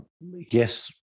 yes